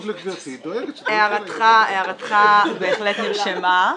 לגברתי היא דואגת --- הערתך בהחלט נרשמה,